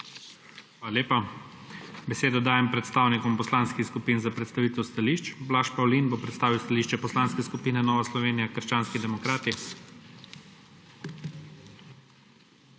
Hvala lepa. Besedo dajem predstavnikom poslanskih skupin za predstavitev stališč. Blaž Pavlin bo predstavil stališče Poslanske skupine Nova Slovenija – krščanski demokrati.